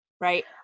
Right